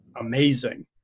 amazing